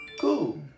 Cool